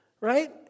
right